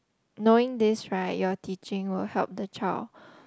knowing this right your teaching will help the child